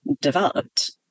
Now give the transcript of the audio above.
developed